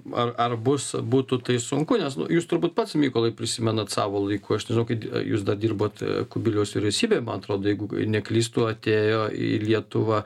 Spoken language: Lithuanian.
ar ar bus būtų tai sunku nes nu jūs turbūt pats mykolai prisimenat savo laiku aš žinau kad jūs dirbot kubiliaus vyriausybėj man atrodo jeigu neklystu atėjo į lietuvą